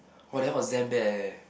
!wah! that was damn bad eh